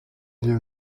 lieu